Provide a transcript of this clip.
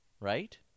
right